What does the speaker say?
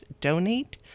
donate